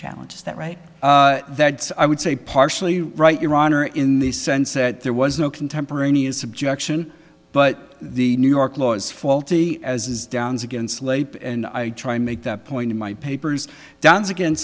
challenge is that right that's i would say partially right your honor in the sense that there was no contemporaneous objection but the new york law is faulty as is downs against late and i try to make that point in my papers don's against